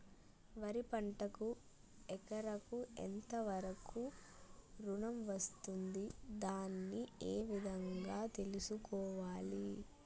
వరి పంటకు ఎకరాకు ఎంత వరకు ఋణం వస్తుంది దాన్ని ఏ విధంగా తెలుసుకోవాలి?